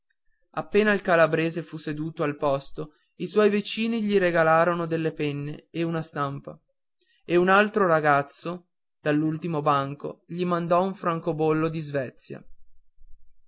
appena il calabrese fu seduto al posto i suoi vicini gli regalarono delle penne e una stampa e un altro ragazzo dall'ultimo banco gli mandò un francobollo di svezia